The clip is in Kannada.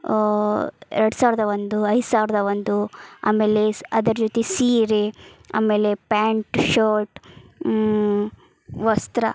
ಎರಡು ಸಾವಿರದ ಒಂದು ಐದು ಸಾವಿರದ ಒಂದು ಆಮೇಲೆ ಸ್ ಅದರ ಜೊತೆ ಸೀರೆ ಆಮೇಲೆ ಪ್ಯಾಂಟ್ ಶರ್ಟ್ ವಸ್ತ್ರ